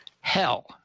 hell